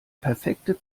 perfekte